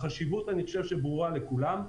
החשיבות ברורה לכולם.